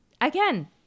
Again